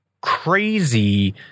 crazy